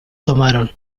tomaron